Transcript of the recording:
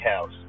House